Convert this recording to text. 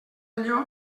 allò